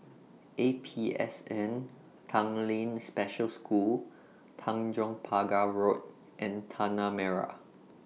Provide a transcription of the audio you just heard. A P S N Tanglin Special School Tanjong Pagar Road and Tanah Merah